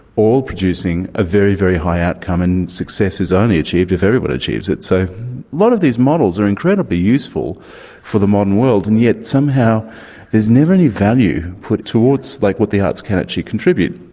all producing a very, very high outcome, and success is only achieved if everyone achieves it. so a lot of these models are incredibly useful for the modern world, and yet somehow there's never any value put towards, like, what the arts can actually contribute.